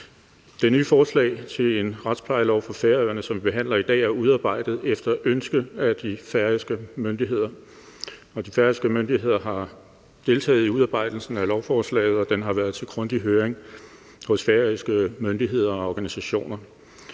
Det nye forslag til en retsplejelov for Færøerne, som vi behandler i dag, er udarbejdet efter ønske af de færøske myndigheder, og de færøske myndigheder har deltaget i udarbejdelsen af lovforslaget, og det har været til grundig høring hos færøske myndigheder og organisationer.